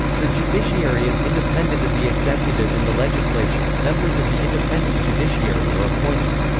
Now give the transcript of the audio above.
the judiciary is independent of the executive and the legislature members of the independent judiciary are appointed.